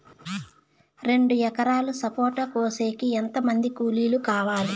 రెండు ఎకరాలు సపోట కోసేకి ఎంత మంది కూలీలు కావాలి?